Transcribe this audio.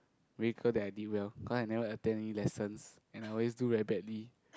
miracle that I did well cause I never attend any lessons and I always do very badly